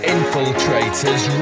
Infiltrators